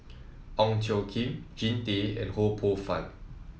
Ong Tjoe Kim Jean Tay and Ho Poh Fun